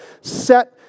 set